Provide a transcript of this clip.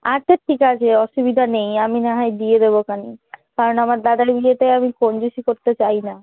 আচ্ছা ঠিক আছে অসুবিধা নেই আমি না হয় দিয়ে দেবোখন কারণ আমার দাদার বিয়েতে আমি কঞ্জুসি করতে চাই না